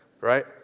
right